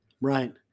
Right